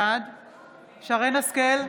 בעד שרן מרים השכל,